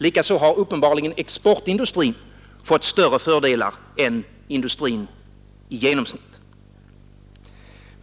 Likaså har uppenbarligen exportindustrin fått större fördelar än industrin i genomsnitt.